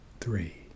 three